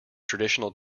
traditional